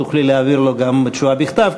תוכלי להעביר לו גם תשובה בכתב,